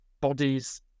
bodies